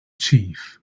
chief